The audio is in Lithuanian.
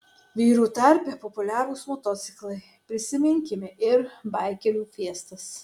vyrų tarpe populiarūs motociklai prisiminkime ir baikerių fiestas